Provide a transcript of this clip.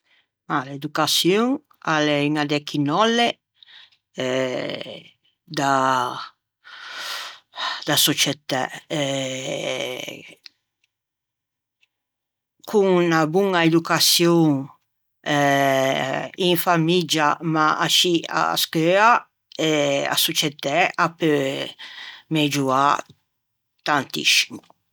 Ah l'educaçion a l'é unna de chinòlle da da societæ e con unna boña educaçion e in famiggia ma ascì a scheua a societæ a peu megioâ tantiscimo